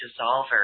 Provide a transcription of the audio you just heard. dissolver